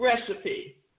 recipe